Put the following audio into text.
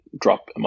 drop